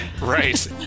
Right